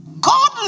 God